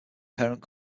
parent